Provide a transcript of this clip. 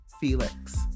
Felix